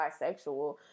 bisexual